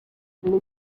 les